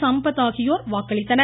சம்பத் ஆகியோர் வாக்களித்தனர்